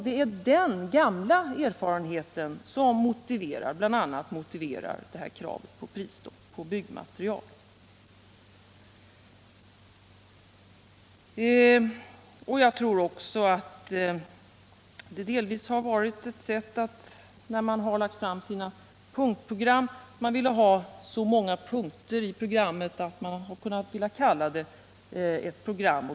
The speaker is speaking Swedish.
Det är den gamla erfarenheten som bl.a. motiverar socialdemokraternas krav på prisstopp på byggmaterial. Jag tror också att det delvis varit så, när socialdemokraterna lagt fram sina punktprogram, att man velat få med så många punkter som möjligt för att man skulle kunna kalla det ett program.